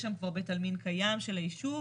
יש שם כבר בית עלמין קיים של היישוב,